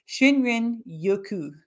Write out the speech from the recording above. Shinrin-yoku